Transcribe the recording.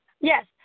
Yes